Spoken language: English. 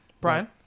Brian